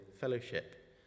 Fellowship